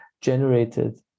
generated